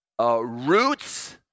roots